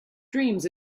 dreams